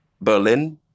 Berlin